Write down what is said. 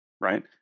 right